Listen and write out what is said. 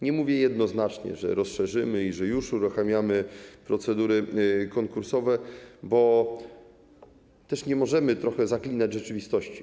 Nie mówię jednoznacznie, że go rozszerzymy i że już uruchamiamy procedury konkursowe, bo też nie możemy trochę zaklinać rzeczywistości.